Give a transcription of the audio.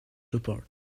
support